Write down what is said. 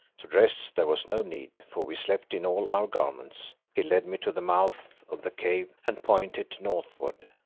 to dress there was no need, for we slept in all our garments. he led me to the mouth of the cave and pointed northward.